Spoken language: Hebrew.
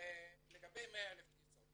לגבי 100,000 כניסות,